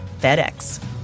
FedEx